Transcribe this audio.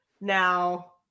now